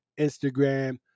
instagram